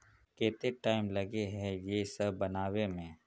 केते टाइम लगे है ये सब बनावे में?